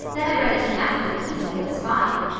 then i read it to matthew and he said it was fine.